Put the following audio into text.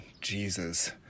Jesus